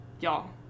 y'all